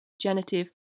genitive